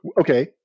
Okay